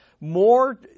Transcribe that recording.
More